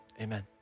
amen